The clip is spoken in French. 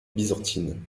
byzantine